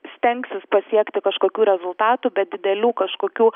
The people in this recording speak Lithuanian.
stengsis pasiekti kažkokių rezultatų be didelių kažkokių